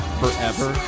forever